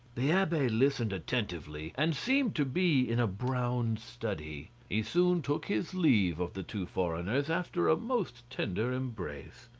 the abbe listened attentively, and seemed to be in a brown study. he soon took his leave of the two foreigners after a most tender embrace.